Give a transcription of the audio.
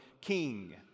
king